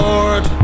Lord